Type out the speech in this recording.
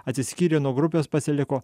atsiskyrė nuo grupės pasiliko